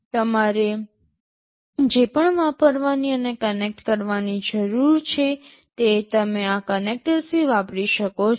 તમારે જે પણ વાપરવાની અને કનેક્ટ કરવાની જરૂર છે તે તમે આ કનેક્ટર્સથી વાપરી શકો છો